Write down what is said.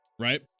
right